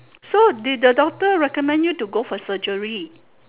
so did the doctor recommend you to go for surgery